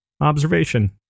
observation